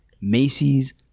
Macy's